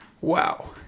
Wow